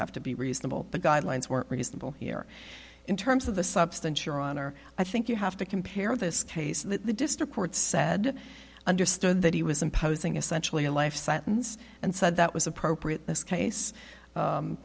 have to be reasonable the guidelines were reasonable here in terms of the substance your honor i think you have to compare this case in the district court said understood that he was imposing essentially a life sentence and said that was appropriate in this case